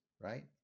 right